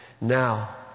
Now